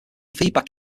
feedback